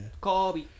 Kobe